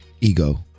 Ego